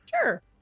Sure